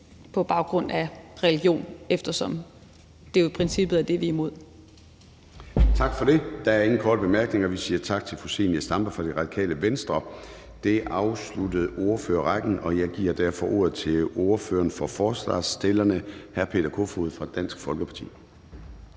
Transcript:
på baggrund af religion, eftersom det jo i princippet er det, vi er imod. Kl. 14:00 Formanden (Søren Gade): Der er ingen korte bemærkninger. Vi siger tak til fru Zenia Stampe fra Radikale Venstre. Det afsluttede ordførerrækken, og jeg giver derfor ordet til ordføreren for forslagsstillerne, hr. Peter Kofod fra Dansk Folkeparti.